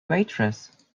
waitress